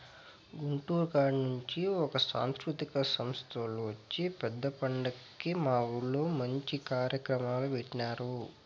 గుంటూరు కాడ నుంచి ఒక సాంస్కృతిక సంస్తోల్లు వచ్చి పెద్ద పండక్కి మా ఊర్లో మంచి కార్యక్రమాలు పెట్టినారు